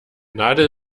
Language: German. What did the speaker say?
nadel